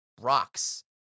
rocks